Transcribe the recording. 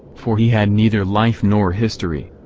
for he had neither life nor history.